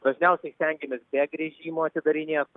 dažniausiai stengiamės be gręžimo atidarinėt